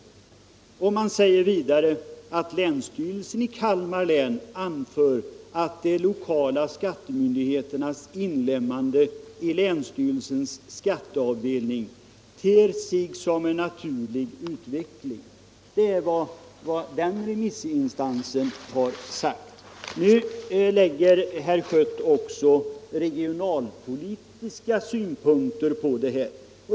Det heter vidare: ”Länsstyrelsen i Kalmar län anför att de lokala skattemyndigheternas inlemmande i länsstyrelsens skatteavdelning ter sig som en naturlig utveckling.” Nu lägger herr Schött också regionalpolitiska synpunkter på detta.